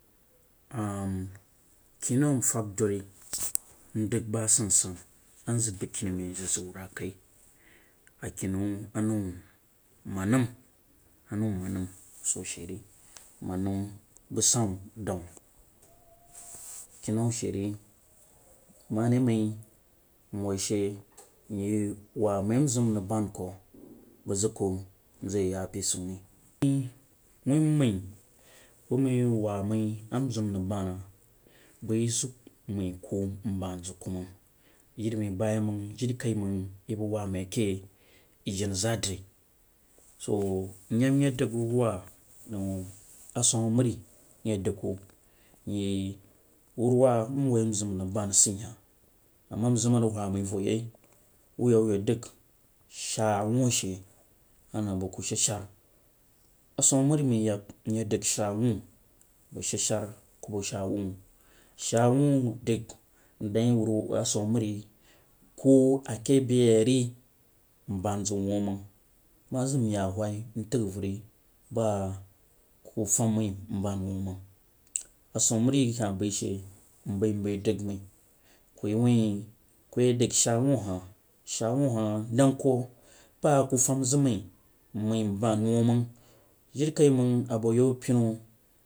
keh nan nfag duri nsid ba sasa nzang bang keni mai nzang re kah, a kene anau hah mannam anau mannam so she re bang sanu dang sid kenu she ri mari ku nzang yeh a beh ziu ri wuh mai ku yeu waa mai, ama ziu nrig banf zang yeh ziu ti nbad zang mang jirimang ba yeh mang jirijaimang waa mai keh yeh ku janazadri su nyah dang wuruwa ziun asammari nyeh dang ku wuru waa nzam nrig ban sah hah mzang a ri wuh mai vo yeh wuh yeh wuh yak dang shaa wuh shi anang bu ku shad she a sam mari yek nyeh dang shaa wuu amng shashe, ku bang mari yek nyeh dang shaa wuh shaa wu dang dang yeh wu asam amri, ko a keh beh ri nbam zang wuu mang mai zam nyah yawhai ntag yari bah ku fum mai nban zang wuu mang asammar yeh koh bai she, bai bangdang mai ku wuh ku yeh dag shaa wuu hah shaa wuu ku yeh dag sgaa wuu hah shaa wuu hah dang ku ba ku fum zang mai nbad wuu mang kiri kaimag abu yau penu